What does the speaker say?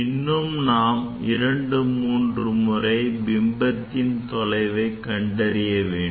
இன்னும் நாம் இரண்டு மூன்று முறை பிம்பத்தின் தொலைவை கண்டறிய வேண்டும்